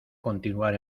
continuar